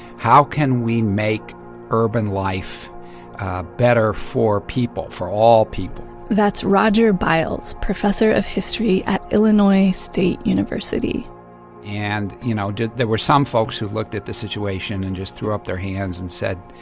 how can we make urban life better for people for all people? that's roger biles, professor of history at illinois state university and you know there were some folks who looked at the situation and just threw up their hands and said,